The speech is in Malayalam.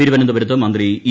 തിരുവനന്തപുരത്ത് മന്ത്രി ഇ